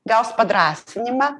gaus padrąsinimą